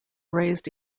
raised